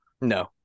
no